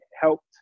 helped